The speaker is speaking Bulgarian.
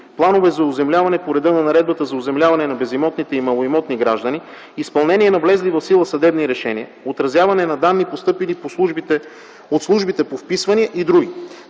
планове за оземляване по реда на Наредбата за оземляване на безимотните и малоимотни граждани, изпълнение на влезли в сила съдебни решения, отразяване на данни, постъпили от службите по вписвания и др.